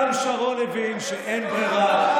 גם שרון הבין שאין ברירה,